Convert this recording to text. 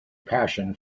passion